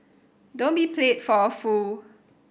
don't be played for a fool